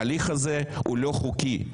ההליך הזה הוא לא חוקי,